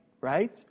right